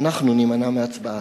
אנו נימנע מהצבעה.